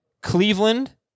Cleveland